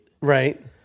Right